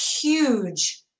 huge